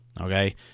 Okay